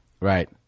Right